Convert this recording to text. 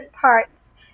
parts